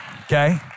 Okay